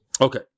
Okay